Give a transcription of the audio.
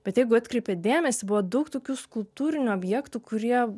bet jeigu atkreipėt dėmesį buvo daug tokių skulptūrinių objektų kurie